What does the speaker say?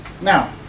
Now